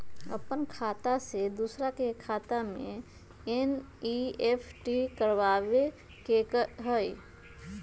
अपन खाते से दूसरा के खाता में एन.ई.एफ.टी करवावे के हई?